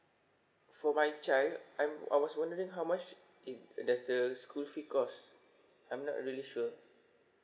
for my child I'm I was wondering how much is does the school fee costs I'm not really sure